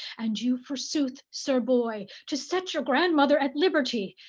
and you forsooth, sir boy, to set your grandmother at liberty.